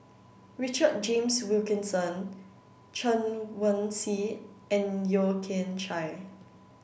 Richard James Wilkinson Chen Wen Hsi and Yeo Kian Chye